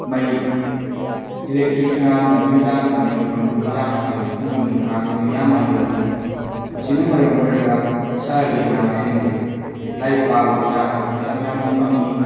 ꯃꯩ ꯏꯂꯦꯛꯇ꯭ꯔꯤꯛ ꯉꯥꯟꯕ ꯅꯨꯃꯤꯗꯥꯡꯗ ꯃꯩ ꯃꯝꯕꯒꯤ ꯆꯥꯡ ꯑꯁꯤꯁꯨ ꯈꯨꯡꯒꯪꯒꯤ ꯑꯉꯥꯡꯁꯤꯡꯅ ꯌꯥꯝꯅ ꯃꯥꯏꯌꯣꯛꯅꯩ ꯃꯁꯤꯅ ꯃꯔꯝ ꯑꯣꯏꯔꯒ ꯁꯍꯔꯒꯤ ꯑꯉꯥꯡꯁꯤꯡꯗꯤ ꯂꯥꯏꯔꯤꯛ ꯄꯥꯕꯒꯤ ꯆꯥꯡ ꯃꯇꯝ ꯌꯥꯝꯅ ꯐꯪꯏ